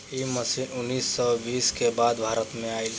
इ मशीन उन्नीस सौ बीस के बाद भारत में आईल